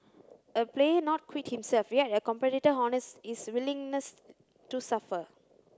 a player not quite himself yet a competitor honest his willingness to suffer